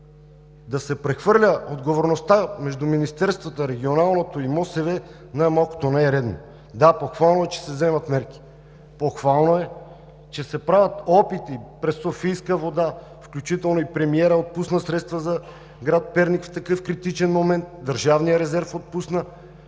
Да се прехвърля отговорността между министерствата – Регионалното и МОСВ, най-малкото не е редно. Да, похвално е, че се взимат мерки. Похвално е, че се правят опити през „Софийска вода“. И премиерът отпусна средства за град Перник в такъв критичен момент, и Държавният резерв отпусна,